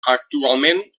actualment